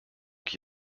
qui